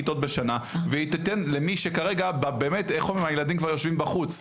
של כיתות בשנה והיא תיתן למי שאצלו כרגע הילדים כבר יושבים בחוץ.